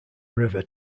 river